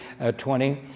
20